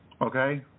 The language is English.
Okay